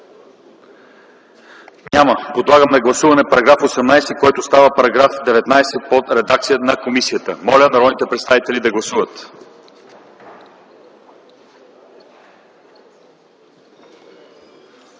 Няма. Подлагам на гласуване § 18, който става § 19 по редакция на комисията. Моля, народните представители да гласуват.